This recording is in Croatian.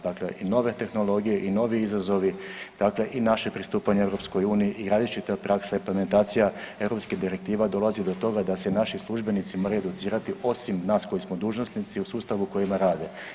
Dakle i nove tehnologije i novi izazovi, dakle i naše pristupanje EU i različita praksa i implementacija Europskih direktiva dolazi do toga da se i naši službenici moraju educirati osim nas koji smo dužnosnici u sustavu u kojima rade.